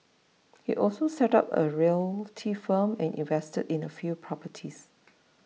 he also set up a realty firm and invested in a few properties